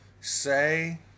say